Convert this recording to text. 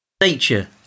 nature